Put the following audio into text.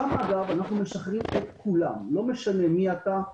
אנחנו משחררים את כולם לא משנה מי אתה,